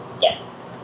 Yes